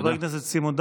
חבר הכנסת סימון דוידסון,